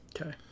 okay